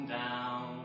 down